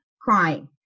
crying